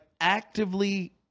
actively